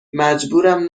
مجبورم